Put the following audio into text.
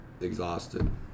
exhausted